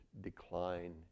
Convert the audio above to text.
Decline